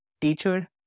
teacher